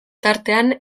tartean